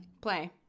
play